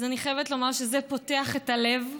אני חייבת לומר שזה פותח את הלב,